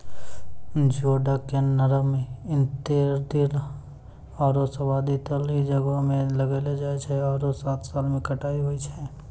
geoduck के नरम intertidal आरो सब्तिदल जग्हो में लगैलो जाय छै आरो सात साल में कटाई होय छै